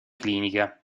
clinica